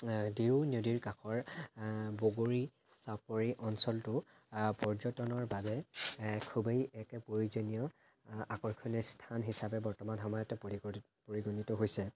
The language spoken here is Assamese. দিৰৈ নদীৰ কাষৰ বগৰী চাপৰি অঞ্চলটো পৰ্যটনৰ বাবে খুবেই এক প্ৰয়োজনীয় আকৰ্ষণীয় স্থান হিচাপে বৰ্তমান আমাৰ ইয়াতে পৰিগ পৰিগণিত হৈছে